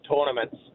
tournaments